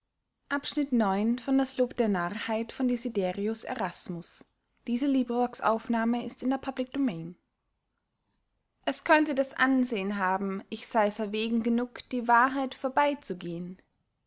es könnte das ansehen haben ich sey verwägen genug die wahrheit vorbey